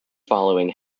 following